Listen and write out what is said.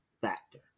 factor